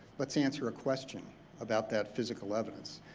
let's answer a question about that physical evidence.